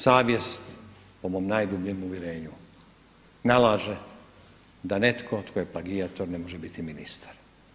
Savjest po mom najdubljem uvjerenju nalaže da netko tko je plagijator ne može biti ministar.